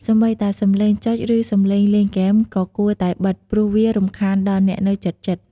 សូម្បីតែសំឡេងចុចឬសំឡេងលេងហ្គេម ក៏គួរតែបិទ ព្រោះវារំខានដល់អ្នកនៅជិតៗ។